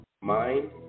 mind